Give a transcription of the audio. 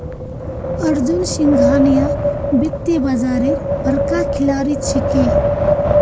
अर्जुन सिंघानिया वित्तीय बाजारेर बड़का खिलाड़ी छिके